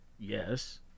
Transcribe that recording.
Yes